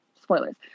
spoilers